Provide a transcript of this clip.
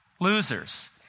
Losers